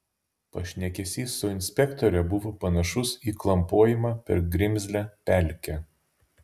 pašnekesys su inspektore buvo panašus į klampojimą per grimzlią pelkę